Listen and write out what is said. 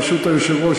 ברשות היושב-ראש,